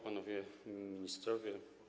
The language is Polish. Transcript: Panowie Ministrowie!